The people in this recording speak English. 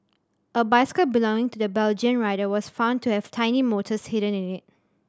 a bicycle belonging to the Belgian rider was found to have tiny motors hidden in it